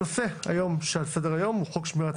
הנושא שעל סדר היום הוא הצעת חוק שמירת